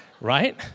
Right